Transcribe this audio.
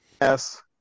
Yes